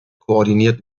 koordiniert